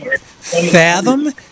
fathom